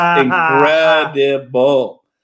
incredible